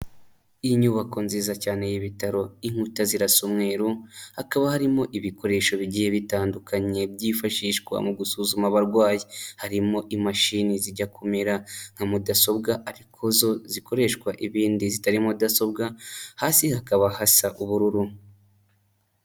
Inyubako nziza cyane y'ibitaro, inkuta zirasa umweru. Hakaba harimo ibikoresho bigiye bitandukanye byifashishwa mu gusuzuma abarwayi, harimo imashini zijya kumera nka mudasobwa ariko zo zikoreshwa ibindi zita mudasobwa. Hasi hakaba hasa ubururu.